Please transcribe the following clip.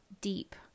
deep